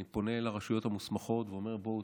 אני פונה לרשויות המוסמכות ואומר: בואו,